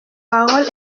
parole